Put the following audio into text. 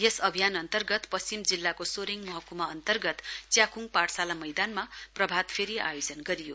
यस अभियान अन्तर्गत पश्चिम जिल्लाको सोरेङ महकुमा अन्तर्गत च्याखुङ पाठशाला मैदानमा प्रभातफेरी आयोजन गरियो